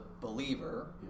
believer